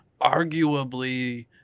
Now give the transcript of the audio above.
arguably